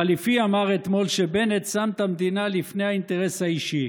החליפי אמר אתמול שבנט שם את המדינה לפני האינטרס האישי.